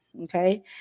okay